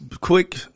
quick